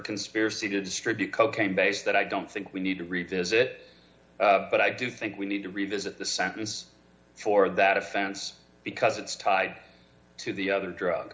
conspiracy to distribute cocaine base that i don't think we need to revisit but i do think we need to revisit the sentence for that offense because it's tied to the other drug